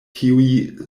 tiuj